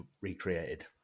recreated